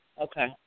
Okay